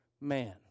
man